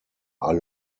are